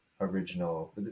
original